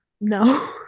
No